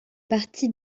partie